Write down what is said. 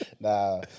Nah